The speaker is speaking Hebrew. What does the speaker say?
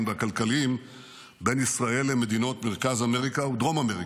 והכלכליים בין ישראל למדינות מרכז אמריקה ודרום אמריקה.